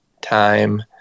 time